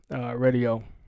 radio